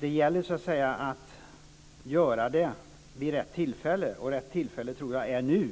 Det gäller att bygga vidare vid rätt tillfälle, och jag tror att det är rätt tillfälle